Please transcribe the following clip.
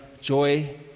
joy